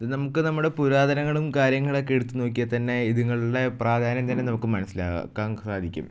ഇത് നമുക്ക് നമ്മുടെ പുരാതനങ്ങളും കാര്യങ്ങളും ഒക്കെ എടുത്ത് നോക്കിയാൽ തന്നെ ഇതുങ്ങളുടെ പ്രാധാന്യം എന്താണെന്ന് നമുക്ക് മനസ്സിലാക്കാൻ സാധിക്കും